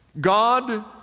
God